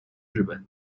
日本